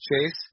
Chase